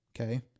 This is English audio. Okay